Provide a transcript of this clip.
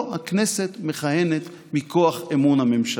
לא הכנסת מכהנת מכוח אמון הממשלה.